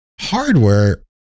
Hardware